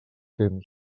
temps